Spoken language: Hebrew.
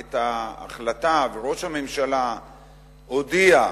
את ההחלטה, וראש הממשלה הודיע,